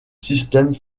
système